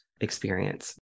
experience